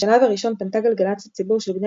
בשלב הראשון פנתה גלגלצ לציבור של בני